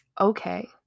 Okay